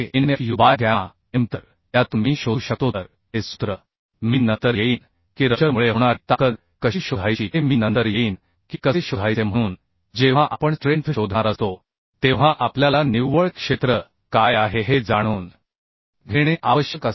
9anfu by gamma m तर त्यातून मी शोधू शकतो तर ते सूत्र मी नंतर येईन की रप्चर मुळे होणारी ताकद कशी शोधायची हे मी नंतर येईन की कसे शोधायचे म्हणून जेव्हा आपण स्ट्रेंथ शोधणार असतो तेव्हा आपल्याला निव्वळ क्षेत्र काय आहे हे जाणून घेणे आवश्यक असते